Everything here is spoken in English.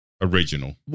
original